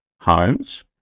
homes